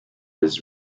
his